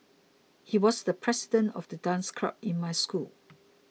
he was the president of the dance club in my school